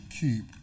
keep